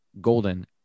golden